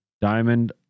Diamond